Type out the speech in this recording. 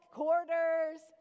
quarters